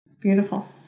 Beautiful